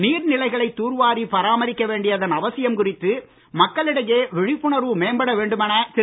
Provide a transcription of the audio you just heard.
நீர்நிலைகளை தூர்வாரிப் பராமரிக்க வேண்டியதன் அவசியம் குறித்து மக்களிடையே விழிப்புணர்வு மேம்பட வேண்டுமென திரு